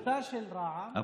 לזכותה של רע"מ,